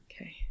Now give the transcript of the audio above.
Okay